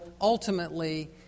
ultimately